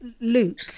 Luke